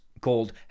called